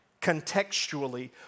contextually